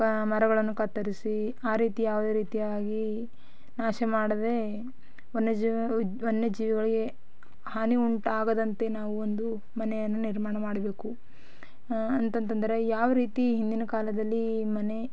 ಮರಗಳನ್ನು ಕತ್ತರಿಸಿ ಆ ರೀತಿ ಯಾವುದೇ ರೀತಿಯಾಗಿ ನಾಶ ಮಾಡದೇ ವನ್ಯಜೀವಿ ಉದ್ ವನ್ಯಜೀವಿಗಳಿಗೆ ಹಾನಿ ಉಂಟಾಗದಂತೆ ನಾವು ಒಂದು ಮನೆಯನ್ನು ನಿರ್ಮಾಣ ಮಾಡಬೇಕು ಅಂತಂತಂದರೆ ಯಾವರೀತಿ ಹಿಂದಿನ ಕಾಲದಲ್ಲಿ ಮನೆ